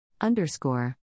Underscore